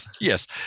Yes